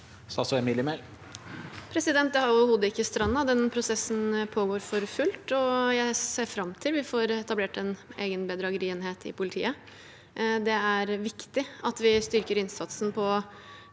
Statsråd Emilie Mehl Det har overhodet ikke strandet. Den prosessen pågår for fullt, og jeg ser fram til at vi får etablert en egen bedragerienhet i politiet. Det er viktig at vi styrker innsatsen på